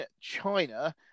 china